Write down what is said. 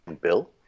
bill